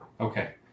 Okay